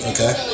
Okay